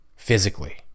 Physically